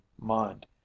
mind